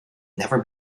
never